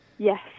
Yes